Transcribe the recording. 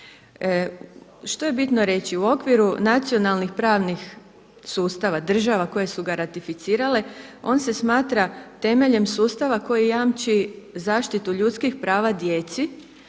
Što je bitno reći? U okviru nacionalnih pravnih sustava država koje su ga ratificirale, on se smatra temeljem sustava koji jamči zaštitu ljudskih prava djeci